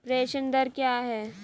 प्रेषण दर क्या है?